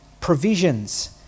provisions